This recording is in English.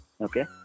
Okay